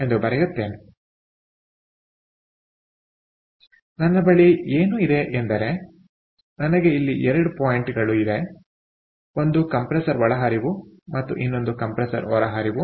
ಆದ್ದರಿಂದ ನನ್ನ ಬಳಿ ಏನು ಇದೆ ಎಂದರೆ ನನಗೆ ಇಲ್ಲಿ 2 ಪಾಯಿಂಟ್ಗಳು ಇದೆ ಒಂದು ಕಂಪ್ರೆಸರ್ ಒಳಹರಿವು ಮತ್ತು ಇನ್ನೊಂದು ಕಂಪ್ರೆಸರ್ ಹೊರಹರಿವು